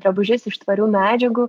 drabužius iš tvarių medžiagų